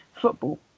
football